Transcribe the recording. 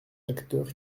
acteurs